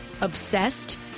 obsessed